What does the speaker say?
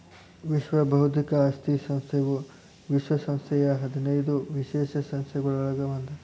ವಿಶ್ವ ಬೌದ್ಧಿಕ ಆಸ್ತಿ ಸಂಸ್ಥೆಯು ವಿಶ್ವ ಸಂಸ್ಥೆಯ ಹದಿನೈದು ವಿಶೇಷ ಸಂಸ್ಥೆಗಳೊಳಗ ಒಂದ್